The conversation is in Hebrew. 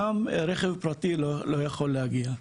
גם רכב פרטי לא יכול להגיע.